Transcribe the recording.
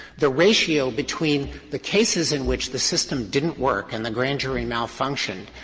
the ratio between the cases in which the system didn't work and the grand jury malfunctioned,